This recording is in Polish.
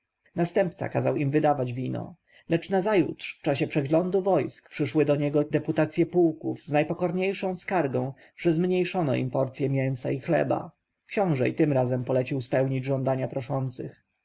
następca kazał im wydawać wino lecz nazajutrz w czasie przeglądu wojsk przyszły do niego deputacje pułków z najpokorniejszą skargą że zmniejszono im porcje mięsa i chleba książę i tym razem polecił spełnić żądania proszących